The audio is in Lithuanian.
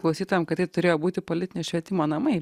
klausytojam kad tai turėjo būti politinio švietimo namai